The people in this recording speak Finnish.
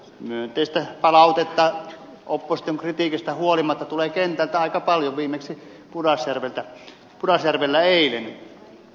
myönteistä palautetta opposition kritiikistä huolimatta tulee kentältä aika paljon viimeksi eilen pudasjärvellä